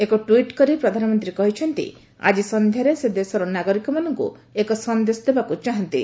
ଏକ ଟ୍ପିଟ୍ କରି ପ୍ରଧାନମନ୍ତ୍ରୀ କହିଛନ୍ତି ଆଜି ସନ୍ଧ୍ୟାରେ ସେ ଦେଶର ନାଗରିକମାନଙ୍କୁ ଏକ ସନ୍ଦେଶ ଦେବାକୁ ଚାହାନ୍ତି